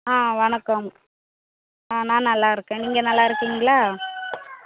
ஆ வணக்கம் நான் நல்லா இருக்கேன் நீங்கள் நல்லா இருக்கீங்களா